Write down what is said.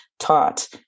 taught